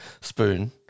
Spoon